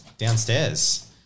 Downstairs